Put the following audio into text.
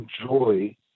enjoy